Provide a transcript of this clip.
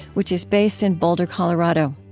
which is based in boulder, colorado.